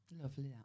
Lovely